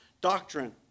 doctrine